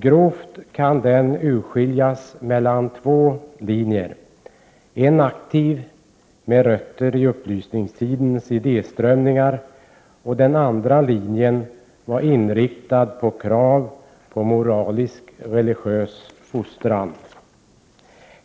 Grovt kan den urskiljas mellan två linjer — en aktiv linje med rötter i upplysningstidens idéströmningar och en annan linje, som var inriktad mot krav på moralisk och religiös fostran. Ett exempel